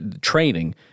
training